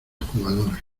jugadores